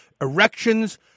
Erections